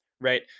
right